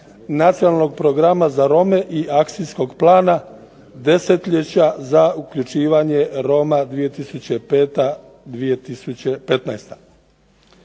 nacionalnog programa za Rome i akcijskog plana desetljeća za uključivanje Roma 2005.-2015.